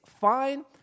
fine